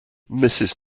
mrs